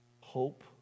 hope